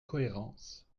cohérence